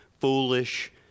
foolish